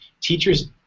Teachers